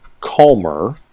calmer